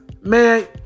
man